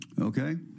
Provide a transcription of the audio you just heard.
okay